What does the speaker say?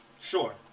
Sure